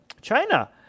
China